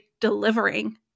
delivering